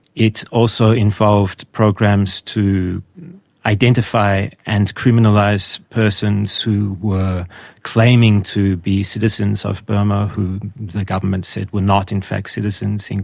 it also involved programs to identify and criminalise persons who were claiming to be citizens of burma who the government said were not in fact citizens,